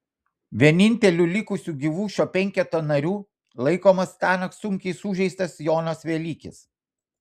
vieninteliu likusiu gyvu šio penketo nariu laikomas tąnakt sunkiai sužeistas jonas velykis